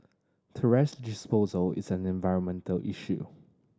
thrash disposal is an environmental issue